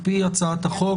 על פי הצעת החוק,